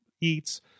eats